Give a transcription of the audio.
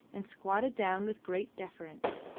and squatted down with great deference.